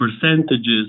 percentages